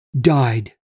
died